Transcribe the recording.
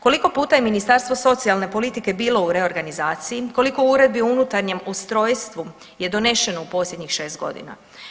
Koliko puta je Ministarstvo socijalne politike bilo u reorganizaciji, koliko uredbi o unutarnjem ustrojstvu je donešeno u posljednjih šest godina?